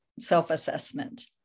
self-assessment